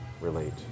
relate